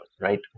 right